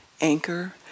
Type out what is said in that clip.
anchor